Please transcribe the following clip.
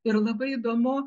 ir labai įdomu